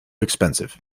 expensive